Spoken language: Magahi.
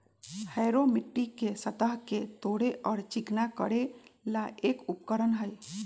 हैरो मिट्टी के सतह के तोड़े और चिकना करे ला एक उपकरण हई